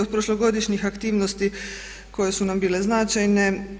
Od prošlo godišnjih aktivnosti koje su nam bile značajne.